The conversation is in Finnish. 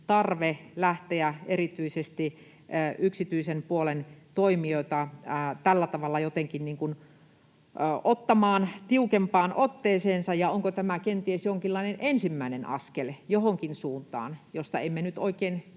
tarve lähteä erityisesti yksityisen puolen toimijoita tällä tavalla jotenkin ottamaan tiukempaan otteeseensa ja onko tämä kenties jonkinlainen ensimmäinen askel johonkin suuntaan, kun emme nyt oikein